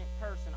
person